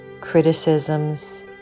criticisms